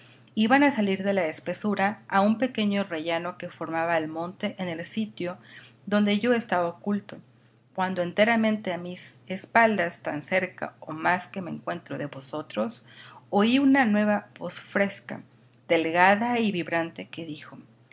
iban a salir de la espesura a un pequeño rellano que formaba el monte en el sitio donde yo estaba oculto cuando enteramente a mis espaldad tan cerca o más que me encuentro de vosotros oí una nueva voz fresca delgada y vibrante que dijo